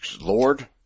lord